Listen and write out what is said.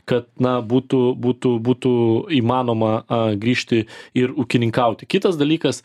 kad na būtų butų būtų įmanoma a grįžti ir ūkininkauti kitas dalykas